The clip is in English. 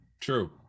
true